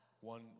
One